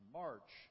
march